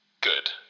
good